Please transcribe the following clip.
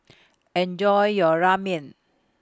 Enjoy your Ramen